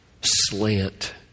slant